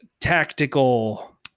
tactical